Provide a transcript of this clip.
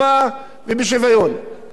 ואני אתן דוגמה אחרת.